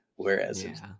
whereas